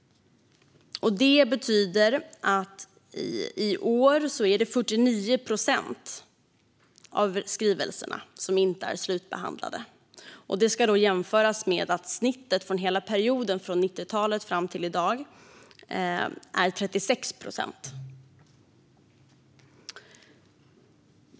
Detta betyder att det i år är 49 procent av skrivelserna som inte är slutbehandlade. Det ska jämföras med att snittet för hela perioden från 90-talet fram till i dag är 36 procent.